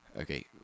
Okay